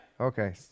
Okay